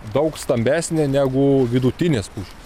daug stambesnė negu vidutinės pušys